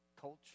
culture